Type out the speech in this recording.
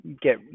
get